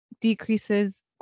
decreases